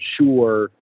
sure